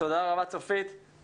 תודה רבה, צופית.